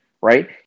right